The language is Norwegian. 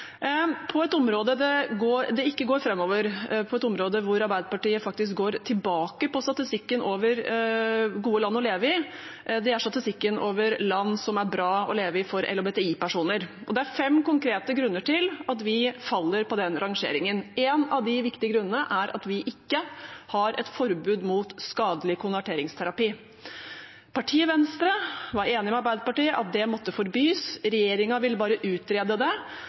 Et område det ikke går framover på, hvor Norge faktisk går tilbake på statistikken over gode land å leve i, er statistikken over land som er bra å leve i for LHBTI-personer. Det er fem konkrete grunner til at vi faller på den rangeringen. En av de viktige grunnene er at vi ikke har et forbud mot skadelig konverteringsterapi. Partiet Venstre var enig med Arbeiderpartiet i at det måtte forbys, regjeringen ville bare utrede det,